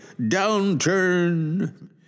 downturn